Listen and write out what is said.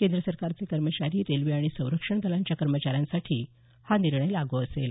केंद्र सरकारचे कर्मचारी रेल्वे आणि संरक्षण दलांच्या कर्मचाऱ्यांसाठी हा निर्णय लागू असेल